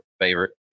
favorite